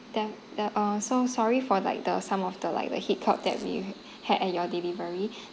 the the uh so sorry for like the some of the like the heat cup that we had at your delivery